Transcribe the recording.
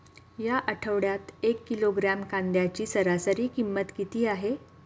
या आठवड्यात एक किलोग्रॅम कांद्याची सरासरी किंमत किती आहे?